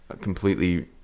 completely